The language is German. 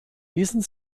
diesen